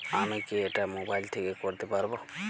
আমি কি এটা মোবাইল থেকে করতে পারবো?